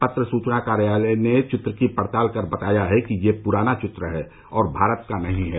पत्र सूचना कार्यालय ने चित्र की पड़ताल कर बताया है कि यह पुराना चित्र है और भारत का नहीं है